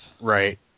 Right